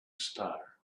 star